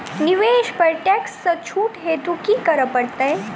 निवेश पर टैक्स सँ छुट हेतु की करै पड़त?